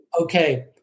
Okay